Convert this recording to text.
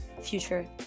future